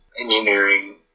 engineering